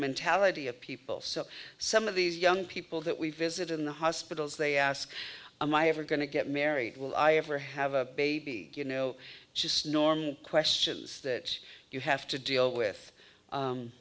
mentality of people so some of these young people that we visit in the hospitals they ask i'm i ever going to get married will i ever have a baby you know just normal questions that you have to deal with